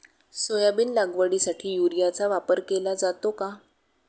Soybean लागवडीसाठी युरियाचा वापर केला जातो का?